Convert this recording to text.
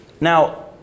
Now